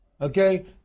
okay